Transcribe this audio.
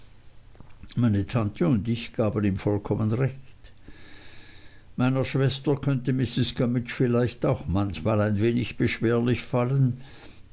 meine tante und ich gaben ihm vollkommen recht meiner schwester könnte mrs gummidge vielleicht auch manchmal ein wenig beschwerlich fallen